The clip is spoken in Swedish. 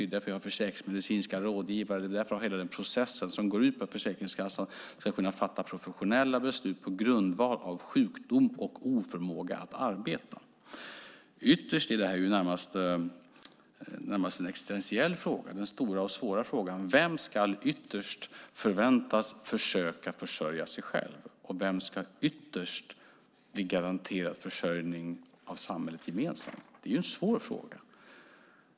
Det är därför vi har försäkringsmedicinska rådgivare och det är därför vi har hela denna process. Den går ut på att Försäkringskassan ska kunna fatta professionella beslut på grundval av sjukdom och oförmåga att arbeta. Ytterst är detta närmast en existentiell fråga - den stora och svåra frågan om vem som ytterst ska förväntas försöka försörja sig själv och vem som ytterst ska bli garanterad försörjning av samhället gemensamt. Det är en svår fråga.